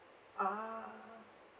ah